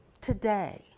Today